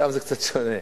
שם זה קצת שונה.